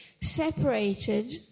separated